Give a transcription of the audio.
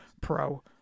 Pro